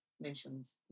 mentions